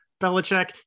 Belichick